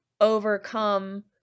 overcome